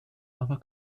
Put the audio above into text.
aber